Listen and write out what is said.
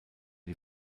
die